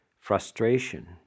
frustration